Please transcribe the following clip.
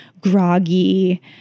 groggy